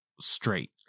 straight